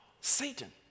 Satan